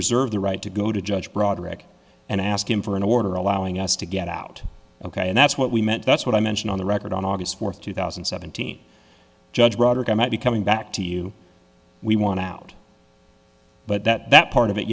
reserve the right to go to judge broaddrick and ask him for an order allowing us to get out ok and that's what we meant that's what i mentioned on the record on august fourth two thousand and seventeen judge broderick i might be coming back to you we want to out but that part of it